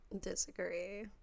Disagree